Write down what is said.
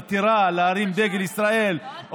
מתירה להרים דגל ישראל,